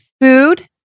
food